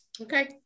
okay